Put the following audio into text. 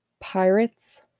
pirates